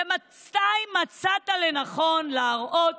ומתי מצאת לנכון להראות